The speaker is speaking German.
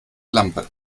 lampe